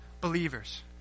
believers